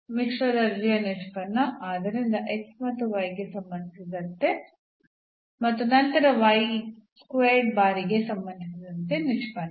ಆದ್ದರಿಂದ ಮಿಶ್ರ ದರ್ಜೆಯ ನಿಷ್ಪನ್ನ ಆದ್ದರಿಂದ ಮತ್ತು ಗೆ ಸಂಬಂಧಿಸಿದಂತೆ ಮತ್ತು ನಂತರ ಬಾರಿಗೆ ಸಂಬಂಧಿಸಿದಂತೆ ನಿಷ್ಪನ್ನ